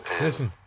Listen